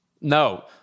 No